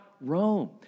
Rome